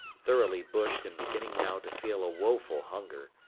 thoroughly bushed and beginning now to feel a woeful hunger,